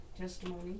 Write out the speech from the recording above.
testimony